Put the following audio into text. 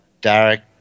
Derek